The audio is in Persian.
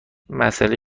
مسئله